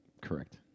Correct